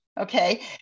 Okay